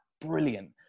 brilliant